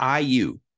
IU